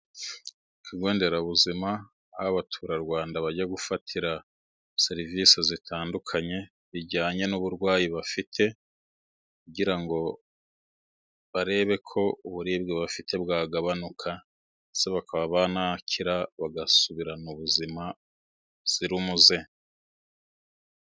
Ikigo nderabuzima aho abaturarwanda bajya gufatira serivisi zitandukanye bijyanye n'uburwayi bafite, kugira ngo barebe ko uburibwe bafite bwagabanuka, ndetse bakaba banakira bagasubirana ubuzima buzira umuze.